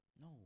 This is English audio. No